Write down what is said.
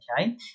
okay